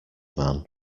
man